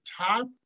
top